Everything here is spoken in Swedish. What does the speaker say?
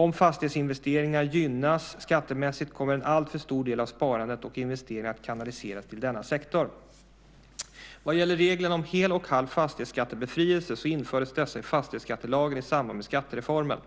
Om fastighetsinvesteringar gynnas skattemässigt kommer en alltför stor del av sparandet och investeringarna att kanaliseras till denna sektor. Vad gäller reglerna om hel och halv fastighetsskattebefrielse så infördes dessa i fastighetsskattelagen i samband med skattereformen.